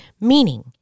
Meaning